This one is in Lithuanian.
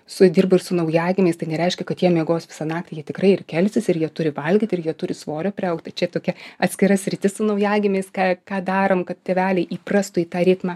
su dirbu ir su naujagimiais tai nereiškia kad jie miegos visą naktį jie tikrai ir kelsis ir jie turi valgyt ir jie turi svorio priaugt tai čia tokia atskira sritis su naujagimiais ką ką darom kad tėveliai įprastų į tą ritmą